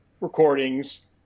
recordings